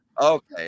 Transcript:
Okay